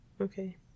Okay